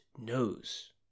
knows